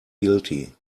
guilty